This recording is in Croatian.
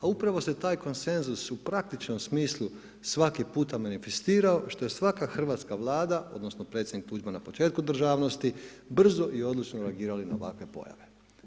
A upravo se taj konsenzus u praktičnom smislu svaki puta manifestirao, što je svaka hrvatska Vlada, odnosno predsjednik Tuđman na početku državnosti, brzo i odlučno reagirali na ovakve pojave.